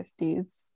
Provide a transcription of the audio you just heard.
50s